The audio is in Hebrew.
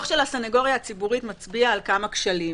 הסנגוריה הציבורית מצביע על כמה כשלים.